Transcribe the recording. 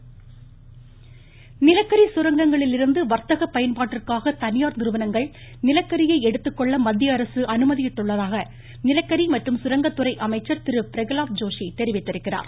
நிலக்கரி நிலக்கரி சுரங்கங்களிலிருந்து வர்த்தக பயன்பாட்டிற்காக தனியார் நிறுவனங்கள் நிலக்கரியை எடுத்துக்கொள்ள மத்தியஅரசு அனுமதித்துள்ளதாக நிலக்கரி மற்றும் சுரங்கத்துறை அமைச்சர் திரு பிரகலாத் ஜோஷி தெரிவித்திருக்கிறார்